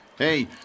Hey